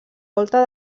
volta